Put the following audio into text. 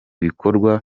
bikorwa